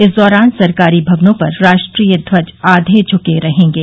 इस दौरान सरकारी भवनों पर राष्ट्रीय ध्वज आधे झुके रहेंगे